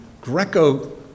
Greco